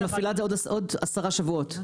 היא מפעילה את זה בעוד עשרה שבועות.